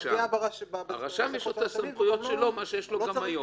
לרשם יש הסמכויות שלו, מה שיש לו גם היום.